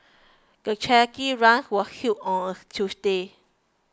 the charity run was held on a Tuesday